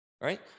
right